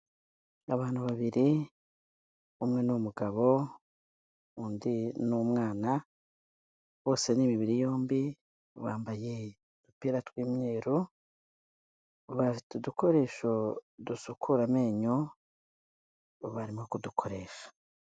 Abantu babiri, umwe ni umugabo, undi ni umwana, bose ni imibiri yombi, bambaye udupira tw'imyeru, bafite udukoresho dusukura amenyo, barimo kudukoresha.